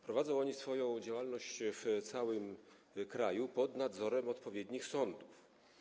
Prowadzą oni swoją działalność w całym kraju pod nadzorem odpowiednich sądów.